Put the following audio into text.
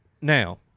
Now